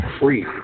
free